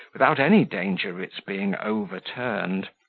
without any danger of its being overturned.